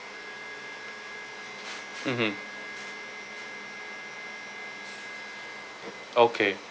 mmhmm okay